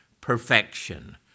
perfection